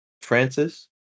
Francis